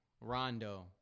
Rondo